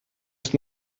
ist